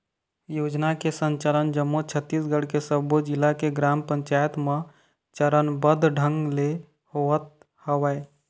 योजना के संचालन जम्मो छत्तीसगढ़ के सब्बो जिला के ग्राम पंचायत म चरनबद्ध ढंग ले होवत हवय